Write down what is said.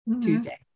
Tuesday